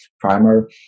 primer